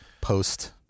Post